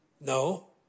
No